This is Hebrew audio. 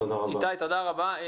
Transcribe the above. תודה רבה.